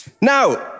now